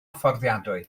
fforddiadwy